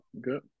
Good